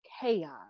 chaos